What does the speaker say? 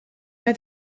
met